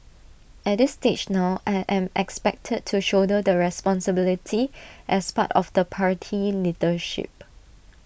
at this stage now I am expected to shoulder the responsibility as part of the party leadership